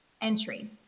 entry